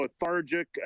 lethargic